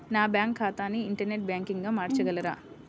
నా బ్యాంక్ ఖాతాని ఇంటర్నెట్ బ్యాంకింగ్గా మార్చగలరా?